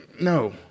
no